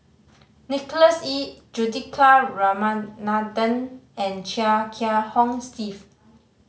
Nicholas Ee Juthika Ramanathan and Chia Kiah Hong Steve